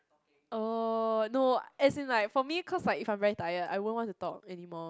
oh no as in like for me cause like if I'm very tired I won't want to talk anymore